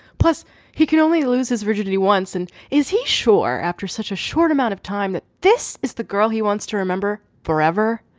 plus he can only lose his virginity once and is he sure. after such a short amount of time that this is the girl he wants to remember forever.